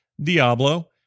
Diablo